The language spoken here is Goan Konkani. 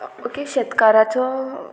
ओके शेतकाराचो